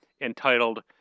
entitled